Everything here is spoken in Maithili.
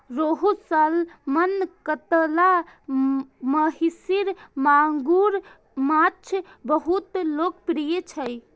रोहू, सालमन, कतला, महसीर, मांगुर माछ बहुत लोकप्रिय छै